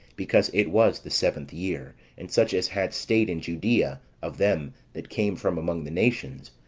because it was the seventh year and such as had stayed in judea of them that came from among the nations,